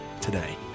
today